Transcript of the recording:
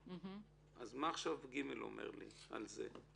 אז מה עכשיו (ג) אומר לי על זה?